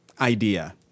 idea